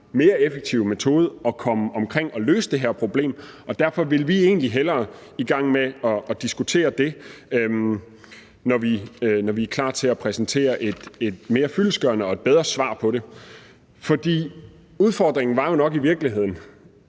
mere effektiv metode til at komme omkring og løse det her problem, og derfor vil vi egentlig hellere i gang med at diskutere det, når vi er klar til at præsentere et mere fyldestgørende og bedre svar på det. Udfordringen var jo nok i virkeligheden,